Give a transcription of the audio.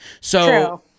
So-